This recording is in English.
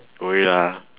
oh ya